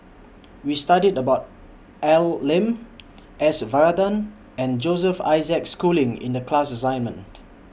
We studied about A L Lim S Varathan and Joseph Isaac Schooling in The class assignment